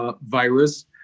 virus